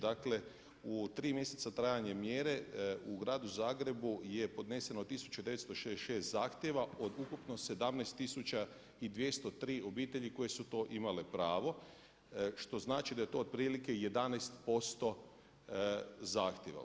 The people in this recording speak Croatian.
Dakle, u tri mjeseca trajanje mjere u gradu Zagrebu je podneseno 1966 zahtjeva od ukupno 17203 obitelji koje su to imale pravo što znači da je to otprilike 11% zahtjeva.